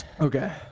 Okay